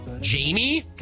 Jamie